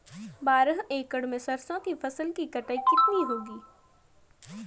बारह एकड़ में सरसों की फसल की कटाई कितनी होगी?